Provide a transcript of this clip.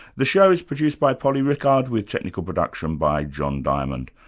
the show is produced by polly rickard with technical production by john diamond.